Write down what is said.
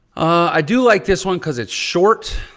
i do like this one because it's short.